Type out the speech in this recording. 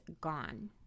gone